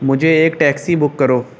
مجھے ایک taxi book کرو